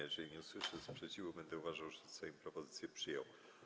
Jeżeli nie usłyszę sprzeciwu, będę uważał, że Sejm propozycję przyjął.